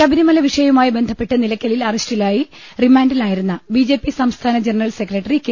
ശബരിമല വിഷയവുമായി ബന്ധപ്പെട്ട് നിലയ്ക്കലിൽ അറസ്റ്റിലായി റിമാൻഡിലായിരുന്ന ബിജെപി സംസ്ഥാന ജനറൽ സെക്രട്ടറി കെ